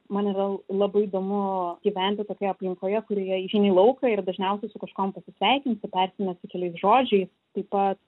man yra labai įdomu gyventi tokioje aplinkoje kurioje išeini į lauką ir dažniausiai su kažkuom pasisveikini persimesti keliais žodžiais taip pat